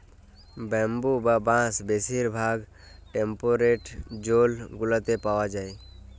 bamboo বা বাঁশ বেশির ভাগ টেম্পরেট জোল গুলাতে পাউয়া যায়